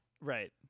Right